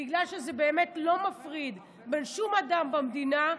בגלל שזה לא מפריד בין שום אדם במדינה,